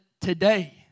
today